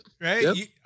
Right